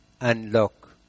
Unlock